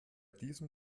diesem